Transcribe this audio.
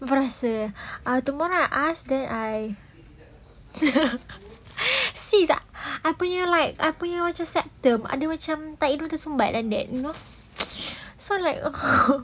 berasa ah tomorrow I ask then I sis aku punya aku punya ada macam tahi hidung tersumbat like that you know so like